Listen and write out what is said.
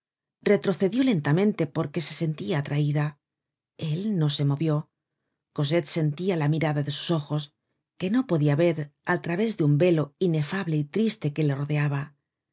retrocedió lentamente porque se sentia atraida él no se movió cosette sentia la mirada de sus ojos que no podia ver al través de un velo inefable y triste que le rodeaba